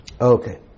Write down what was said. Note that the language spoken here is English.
Okay